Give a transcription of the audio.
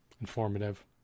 informative